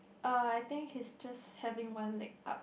uh I think he's just having one leg up